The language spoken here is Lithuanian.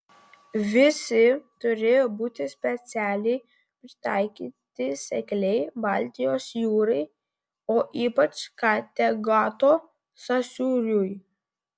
visi turėjo būti specialiai pritaikyti sekliai baltijos jūrai o ypač kategato sąsiauriui